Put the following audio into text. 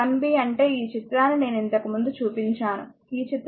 1 b అంటే ఈ చిత్రాన్ని నేను ఇంతకుముందు చూపించాను ఈ చిత్రం 2